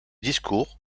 discours